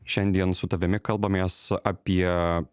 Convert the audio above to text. šiandien su tavimi kalbamės apie